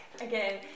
again